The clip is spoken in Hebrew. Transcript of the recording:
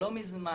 לא ממזמן,